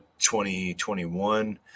2021